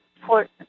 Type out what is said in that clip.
important